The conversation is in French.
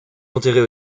enterrée